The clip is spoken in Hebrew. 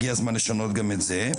נאמר,